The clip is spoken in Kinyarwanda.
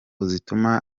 boutique